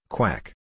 Quack